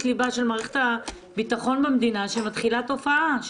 ליבה של מערכת הביטחון במדינה שמתחילה תופעה.